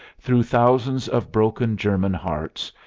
through thousands of broken german hearts,